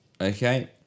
Okay